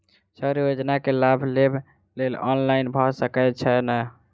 Sir योजना केँ लाभ लेबऽ लेल ऑनलाइन भऽ सकै छै नै?